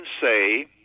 say